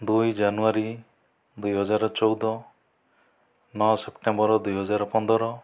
ଦୁଇ ଜାନୁୟାରୀ ଦୁଇହଜାର ଚଉଦ ନଅ ସେପ୍ଟେମ୍ବର ଦୁଇହଜାର ପନ୍ଦର